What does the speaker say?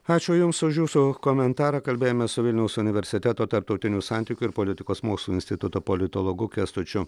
ačiū jums už jūsų komentarą kalbėjome su vilniaus universiteto tarptautinių santykių ir politikos mokslų instituto politologu kęstučiu